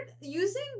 using